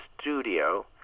studio